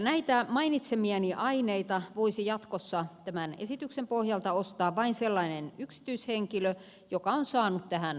näitä mainitsemiani aineita voisi jatkossa tämän esityksen pohjalta ostaa vain sellainen yksityishenkilö joka on saanut tähän poliisihallitukselta luvan